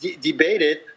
debated